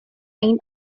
این